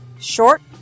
short